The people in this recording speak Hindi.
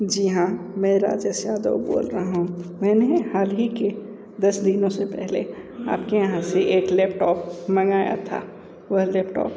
जी हाँ में राजेश यादव बोल रहा हूँ मैंने हाल ही के दस दिनों से पहले आपके यहाँ से एक लैपटॉप मंगाया था वह लैपटॉप